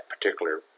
particular